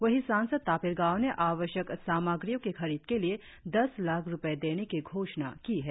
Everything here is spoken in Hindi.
वही सांसद तापिर गाव ने आवश्यक सामग्रियों की खरीद के लिए दस लाख रुपए देने की घोषणा की है